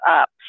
up